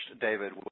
David